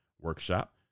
workshop